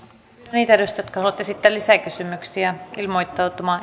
niitä edustajia jotka haluavat esittää lisäkysymyksiä ilmoittautumaan